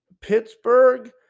pittsburgh